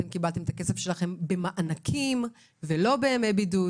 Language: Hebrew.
אתם קיבלתם את הכסף שלכם במענקים ולא בימי בידוד.